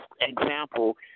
example